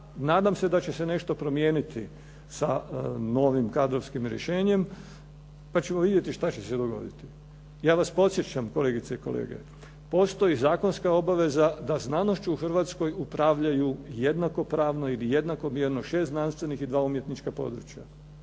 nadam se da će se nešto promijeniti sa novim kadrovskim rješenjem, pa ćemo vidjeti šta će se dogoditi. Ja vas podsjećam kolegice i kolege, postoji zakonska obaveza da znanošću u Hrvatskoj upravljaju jednako pravno ili jednako vjerno 6 znanstvenih i 2 umjetnička područja.